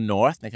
North